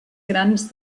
grans